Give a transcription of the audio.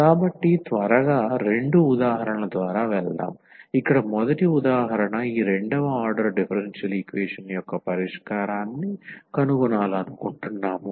కాబట్టి త్వరగా రెండు ఉదాహరణల ద్వారా వెళ్దాం ఇక్కడ మొదటి ఉదాహరణ ఈ రెండవ ఆర్డర్ డిఫరెన్షియల్ ఈక్వేషన్ యొక్క పరిష్కారాన్ని కనుగొనాలనుకుంటున్నాము